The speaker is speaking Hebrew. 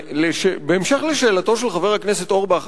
בהמשך לשאלתו של חבר הכנסת אורבך,